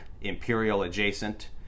imperial-adjacent